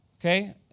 okay